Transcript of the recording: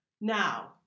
Now